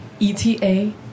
eta